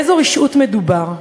באיזו רשעות מדובר?